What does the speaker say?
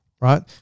right